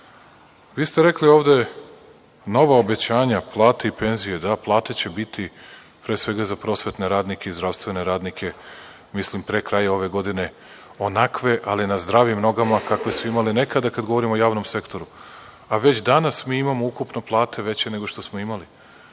ste rekli ovde – nova obećanja, plate i penzije. Da, plate će im biti, pre svega za prosvetne radnika i za zdravstvene radnike, mislim pre kraja ove godine onakve, ali na zdravim nogama, kakve su imali nekada kada govorimo o javnom sektoru. Već danas mi imamo ukupno plate veće nego što smo imali,